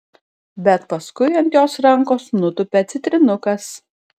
bet paskui ant jos rankos nutupia citrinukas